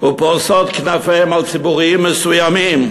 ופורסות כנפיהן על ציבורים מסוימים,